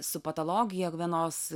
su patologija vienos